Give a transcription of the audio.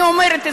אני אומרת,